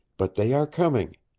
but they are coming!